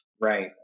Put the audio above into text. Right